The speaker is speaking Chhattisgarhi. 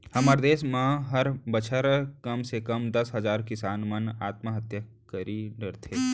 हमर देस म हर बछर कम से कम दस हजार किसान मन आत्महत्या करी डरथे